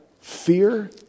fear